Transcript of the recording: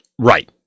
Right